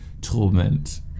torment